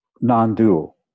non-dual